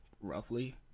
roughly